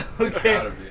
Okay